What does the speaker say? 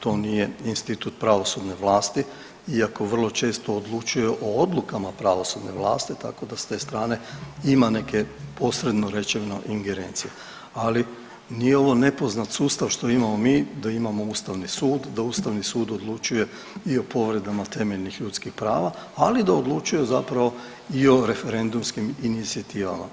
To nije institut pravosudne vlasti iako vrlo često odlučuje o odlukama pravosudne vlasti tako da s te strane ima neke posredno rečeno ingerencije, ali nije ovo nepoznat sustav što imamo mi da imamo Ustavni sud, da Ustavni sud odlučuje i o povredama temeljnih ljudskih prava, ali da odlučuje zapravo i o referendumskim inicijativama.